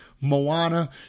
Moana